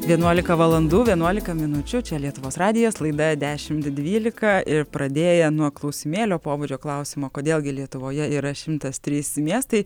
vienuolika valandų vienuolika minučių čia lietuvos radijas laida dešimt dvylika ir pradėję nuo klausimėlio pobūdžio klausimo kodėl gi lietuvoje yra šimtas trys miestai